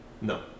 no